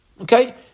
Okay